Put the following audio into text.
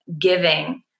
giving